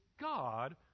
God